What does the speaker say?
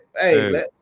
Hey